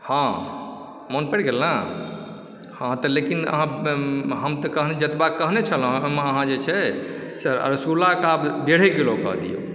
हँ मोन पड़ि गेल ने हँ तऽ लेकिन जतबा कहने छलौहँ ताहिमे अहाँ जे छै रसगुल्लाके आब डेढ़े किलो कऽ दियौ